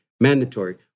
mandatory